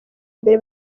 mbere